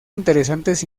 interesantes